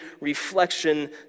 reflection